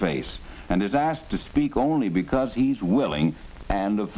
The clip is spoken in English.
face and is asked to speak only because he's willing and